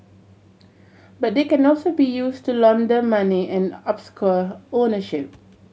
but they can also be used to launder money and obscure ownership